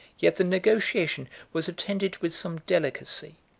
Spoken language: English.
yet the negotiation was attended with some delicacy.